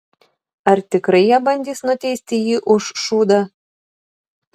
ar tikrai jie bandys nuteisti jį už šūdą